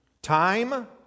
Time